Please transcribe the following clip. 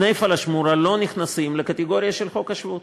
בני הפלאשמורה לא נכנסים לקטגוריה של חוק השבות.